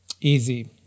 Easy